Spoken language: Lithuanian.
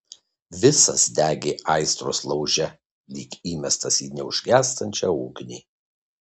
visas degė aistros lauže lyg įmestas į neužgęstančią ugnį